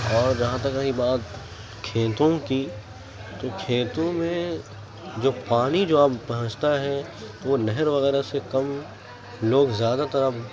اور جہاں تک رہی بات کھیتوں کی تو کھیتوں میں جو پانی جو آپ پہنچتا ہے وہ نہر وغیرہ سے کم لوگ زیادہ تر اب